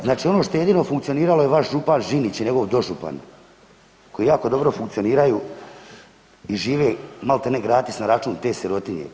Znači ono što je jedino funkcioniralo je vaš župan Žinić i njegov dožupan koji jako dobro funkcioniraju i žive maltene gratis na račun te sirotinje.